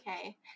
okay